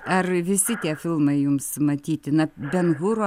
ar visi tie filmai jums matyti na ben huro